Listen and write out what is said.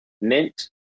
mint